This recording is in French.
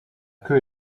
queue